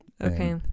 Okay